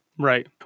Right